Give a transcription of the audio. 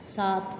सात